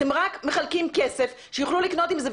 אתם רק מחלקים כסף שיוכלו לקנות עם זה,